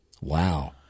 Wow